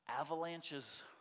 Avalanches